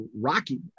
rocky